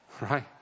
Right